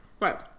Right